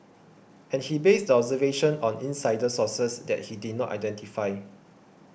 and he based the observation on insider sources that he did not identify